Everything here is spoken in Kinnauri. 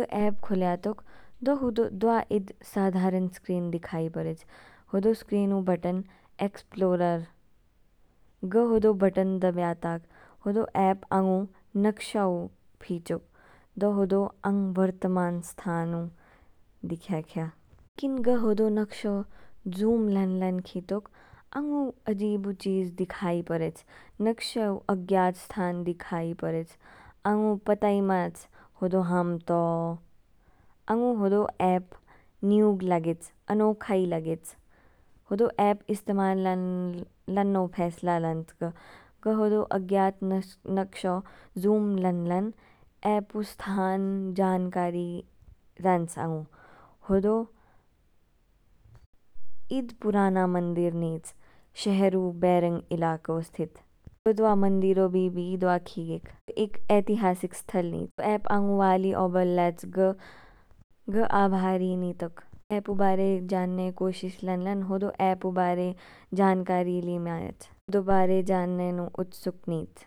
ग ऐप खोल्यातुक द्वा इद साधारण स्क्रीन दिखाई पोरेच, होदो स्कीनू बटन ऐक्सप्रोरल। ग होदो बटन दनयाताक दो ऐप आंगु नकशऊ फीचो, दो होदो आंग वर्तमान स्थान ऊ दिख्याख्या। किन ग होदो नक्शो जूम लान लान खीतुक, आंग जू अजीबू चीज दिखाई पोरेच, नकशऊ अज्ञात स्थान दिखाई पोरेच। आंग जू पता ही मांच होदी हाम तो, आगू होदो एप न्युग लागेच अनोखा ई लागेच। होदो एपु इसतेमाल लाननो फैसला लान्च ग। ग होदो अज्ञात नक्शो जूम लान लान ऐपू स्थान ज्ञानकारी रान्च आगु, होदो इद प पुराना मंदिर नीच, शहरु बैरोंग स्थित। होद्वा मंदिर ऊ बी बी द्वा खिएक, एक ऐतिहासिक स्थल नीच। ऐप आगु वाली ओबल लागेच, ग आभारी नितोक। ऐपु बारे जानने कोशिश लान लान, होदो ऐपु बारे जानकारी ली मैच, होदो बारे जानने नू उत्सुक नीच।